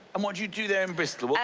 um what do you do there in bristol? what